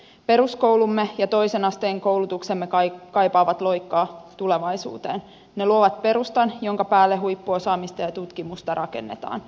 peruskoulumme ja toisen asteen koulutuksemme kaipaavat loikkaa tulevaisuuteen ne luovat perustan jonka päälle huippuosaamista ja tutkimusta rakennetaan